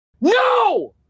no